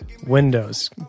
windows